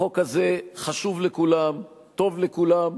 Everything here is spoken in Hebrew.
החוק הזה חשוב לכולם, טוב לכולם,